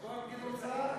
את לא עם גדעון סער?